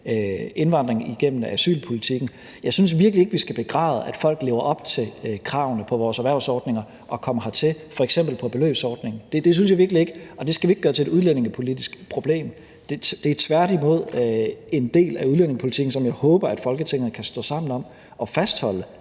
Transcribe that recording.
indvandring igennem asylpolitikken gør. Jeg synes virkelig ikke, vi skal begræde, at folk lever op til kravene på vores erhvervsordninger og kommer hertil på f.eks. beløbsordningen. Det synes jeg virkelig ikke. Og det skal vi ikke gøre til et udlændingepolitisk problem. Det er tværtimod en del af udlændingepolitikken, som jeg håber Folketinget kan stå sammen om at fastholde.